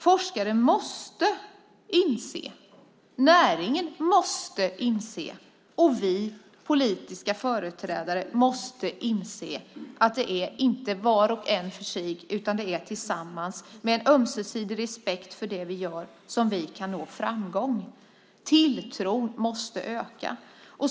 Forskare måste inse, näringen måste inse och vi politiska företrädare måste inse att det inte är var och en för sig utan tillsammans med ömsesidig respekt för det vi gör som vi kan nå framgång. Tilltron måste öka.